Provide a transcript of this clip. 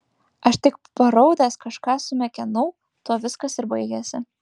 aš tik paraudęs kažką sumekenau tuo viskas ir baigėsi